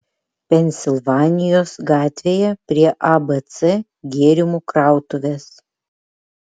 pensilvanijos gatvėje prie abc gėrimų krautuvės